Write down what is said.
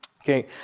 Okay